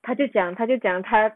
他就讲他就讲他